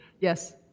Yes